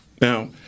Now